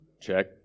check